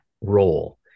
role